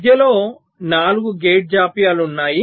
మధ్యలో 4 గేట్ జాప్యాలు ఉన్నాయి